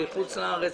מחוץ לארץ,